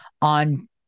On